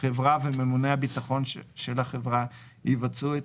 החברה וממונה הביטחון של החברה יבצעו את